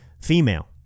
female